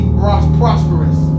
prosperous